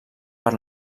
per